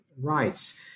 rights